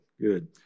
good